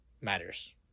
matters